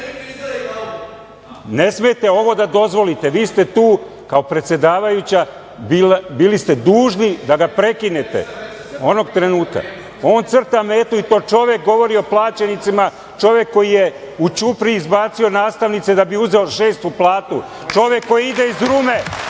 Ne smete ovo da dozvolite i vi ste tu kao predsedavajuća i bili ste dužni da ga prekinete onog trenutka, on crta metu i to čovek govori o plaćenicima, čovek koji je u Ćupriji izbacio nastavnice da bi uzeo šestu platu, čovek koji ide iz Rume